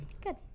Good